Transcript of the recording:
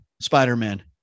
Spider-Man